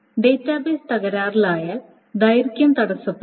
database തകരാറിലായാൽ ദൈർഘ്യം തടസ്സപ്പെടും